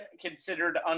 considered